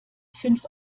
fünf